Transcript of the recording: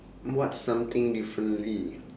what something differently